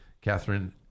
Catherine